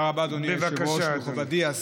בבקשה, אדוני.